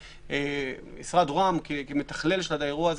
משרד ראש הממשלה כמתכלל האירוע הזה,